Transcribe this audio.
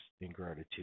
ingratitude